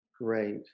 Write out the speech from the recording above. Great